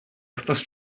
wythnos